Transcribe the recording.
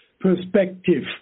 perspective